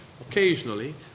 occasionally